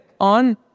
on